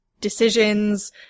decisions